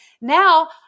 Now